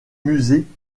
musée